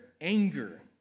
anger